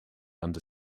under